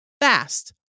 fast